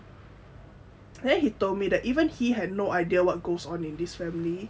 then he told me that even he had no idea what goes on in this family